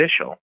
official